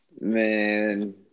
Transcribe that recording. Man